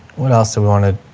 what else did we want to